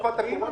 נופל,